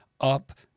up